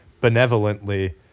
benevolently